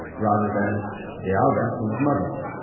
rather than de alva from his mother.